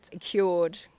cured